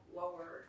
lower